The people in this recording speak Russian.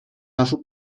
нашу